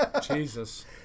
Jesus